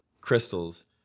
crystals